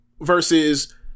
versus